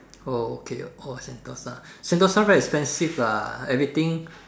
oh okay oh Sentosa Sentosa very expensive lah everything